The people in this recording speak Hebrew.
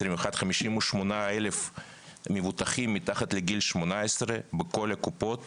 58,000 מבוטחים מתחת לגיל 18 בכל הקופות